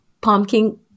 pumpkin